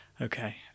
Okay